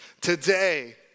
Today